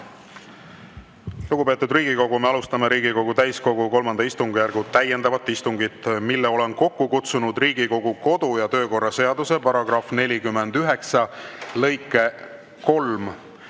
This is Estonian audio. tänan. Lugupeetud Riigikogu, me alustame Riigikogu täiskogu III istungjärgu täiendavat istungit, mille olen kokku kutsunud Riigikogu kodu‑ ja töökorra seaduse § 49 lõike 3